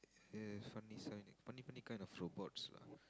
yes funny funny funny kind of robots lah